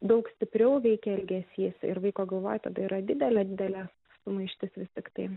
daug stipriau veikia elgesys ir vaiko galvoj tada yra didelė didelė sumaištis vis tiktai